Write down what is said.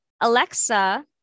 Alexa